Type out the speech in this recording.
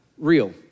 Real